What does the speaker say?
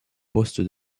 poste